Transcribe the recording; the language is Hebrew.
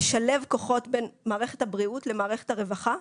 לשלב כוחות בין מערכת הבריאות למערכת הרווחה.